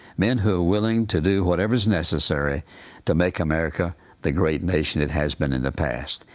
men who are willing to do whatever is necessary to make america the great nation it has been in the past.